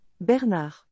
Bernard